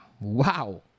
Wow